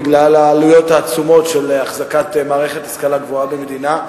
בגלל העלויות העצומות של אחזקת מערכת השכלה גבוהה במדינה,